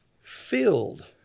filled